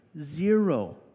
zero